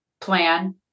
plan